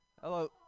Hello